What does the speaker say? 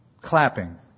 clapping